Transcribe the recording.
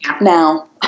now